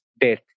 death